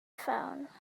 phone